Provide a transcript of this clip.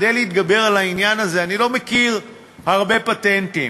כדי להתגבר על העניין הזה אני לא מכיר הרבה פטנטים: